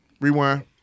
rewind